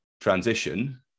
transition